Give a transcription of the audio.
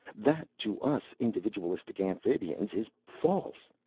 that, to us individualistic amphibians, is false.